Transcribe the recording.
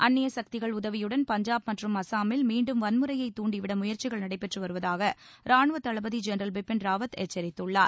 அந்நிய சக்திகள் உதவியுடன் பஞ்சாப் மற்றும் அஸ்ஸாமில் மீண்டும் வன்முறையைத் தூண்டிவிட முயற்சிகள் நடைபெற்று வருவதாக ராணுவத் தளபதி ஜென்ரல் பிபின் ராவத் எச்சரித்துள்ளார்